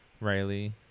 riley